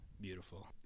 beautiful